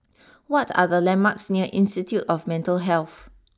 what are the landmarks near Institute of Mental Health